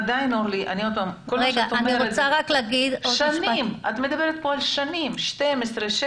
אבל עדיין, אורלי, את מדברת פה על שנים 12, 16